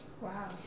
Wow